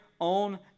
own